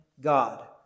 God